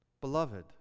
Beloved